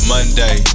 Monday